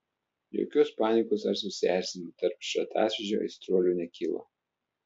jokios panikos ar susierzinimo tarp šratasvydžio aistruolių nekilo